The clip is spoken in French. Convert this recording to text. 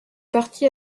partie